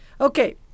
Okay